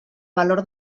valor